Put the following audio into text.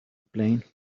plane